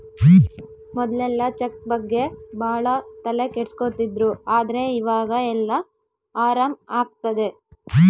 ಮೊದ್ಲೆಲ್ಲ ಚೆಕ್ ಬಗ್ಗೆ ಭಾಳ ತಲೆ ಕೆಡ್ಸ್ಕೊತಿದ್ರು ಆದ್ರೆ ಈವಾಗ ಎಲ್ಲ ಆರಾಮ್ ಆಗ್ತದೆ